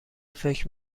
فکر